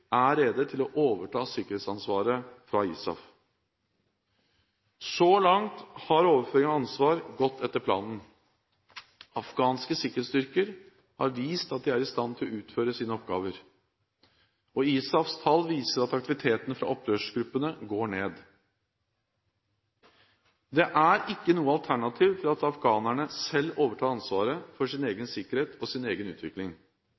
er rede til å overta sikkerhetsansvaret fra ISAF. Så langt har overføring av ansvar gått etter planen. Afghanske sikkerhetsstyrker har vist at de er i stand til å utføre sine oppgaver, og ISAFs tall viser at aktivitetene fra opprørsgruppene går ned. Det er ikke noe alternativ til at afghanerne selv overtar ansvaret for sin egen sikkerhet og sin egen utvikling.